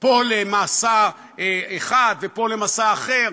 פה למסע אחד ופה למסע אחר,